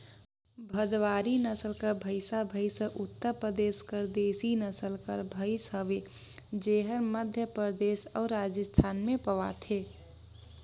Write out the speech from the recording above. भदवारी नसल कर भंइसा भंइस हर उत्तर परदेस कर देसी नसल कर भंइस हवे जेहर मध्यपरदेस अउ राजिस्थान में पवाथे